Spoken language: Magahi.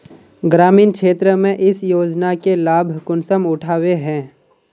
ग्रामीण क्षेत्र में इस योजना के लाभ कुंसम उठावे है?